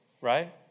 Right